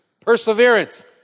Perseverance